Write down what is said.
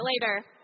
later